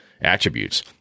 attributes